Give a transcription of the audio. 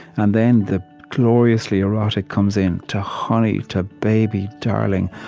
and then the gloriously erotic comes in, to honey to baby darling,